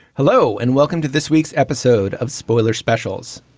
hello and welcome to this week's episode of spoiler specials.